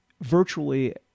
virtually